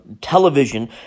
television